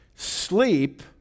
Sleep